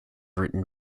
written